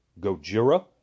Gojira